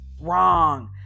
wrong